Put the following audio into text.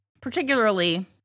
particularly